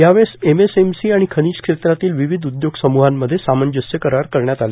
यावेळी एमएसएमसी आणि खनिज क्षेत्रातील विविध उद्योग समुहांमध्ये सामंजस्य करार करण्यात आले